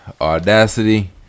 Audacity